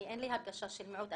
אין לי הרגשה של מיעוט,